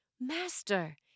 Master